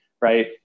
right